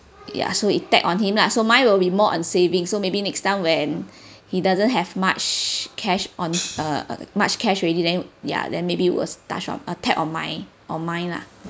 ya so it tapped on him lah so mine will be more on saving so maybe next time when he doesn't have much cash on uh much cash already then ya then maybe it was touch on a tap on my or mine lah